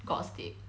got steak